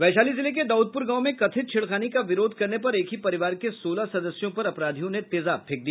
वैशाली जिले के दाउदप्र गांव में कथित छेड़खानी का विरोध करने पर एक ही परिवार के सोलह सदस्यों पर अपराधियों ने तेजाब फेंक दिया